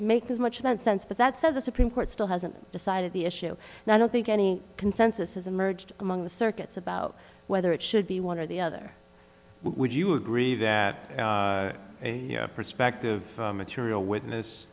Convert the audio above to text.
make as much nonsense but that said the supreme court still hasn't decided the issue and i don't think it the consensus has emerged among the circuits about whether it should be one or the other would you agree that a prospective material witness